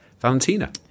Valentina